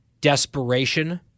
desperation